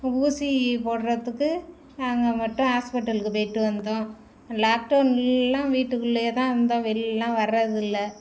ஊசி போடுறதுக்கு நாங்கள் மட்டும் ஹாஸ்பிட்டலுக்கு போயிட்டு வந்தோம் லாக்டவுன்லாம் வீட்டுக்குள்ளேயே தான் இருந்தோம் வெளிலேலாம் வர்றதில்லை